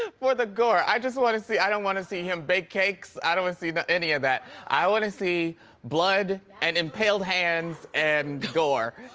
for the gore, i just wanna see. i don't wanna see him bake cakes, i don't wanna see any of that. i wanna see blood and impaled hands and gore